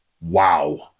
Wow